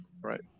Right